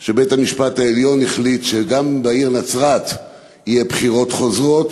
התפרסם שבית-המשפט העליון החליט שגם בעיר נצרת יהיו בחירות חוזרות,